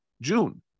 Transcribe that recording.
June